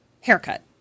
haircut